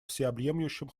всеобъемлющем